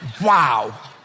wow